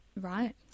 right